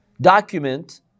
document